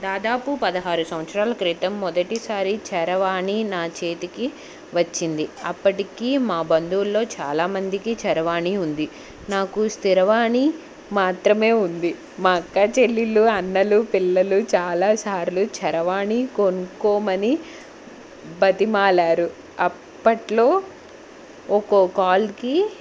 దాదాపు పదహారు సంవత్సరాల క్రితం మొదటిసారి చరవాణి నా చేతికి వచ్చింది అప్పటికీ మా బంధువుల్లో చాలామందికి చరవాణి ఉంది నాకు స్థిరవాణి మాత్రమే ఉంది మా అక్క చెల్లెళ్ళు అన్నలు పిల్లలు చాలా సార్లు చరవాణి కొనుక్కోమని బతిమాలారు అప్పట్లో ఒక్కొ కాల్కి